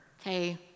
Okay